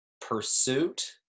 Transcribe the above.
pursuit